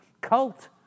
cult